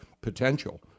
potential